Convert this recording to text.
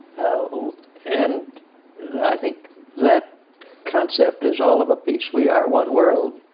ah and think that concept is all of a piece. we are one world.